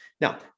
Now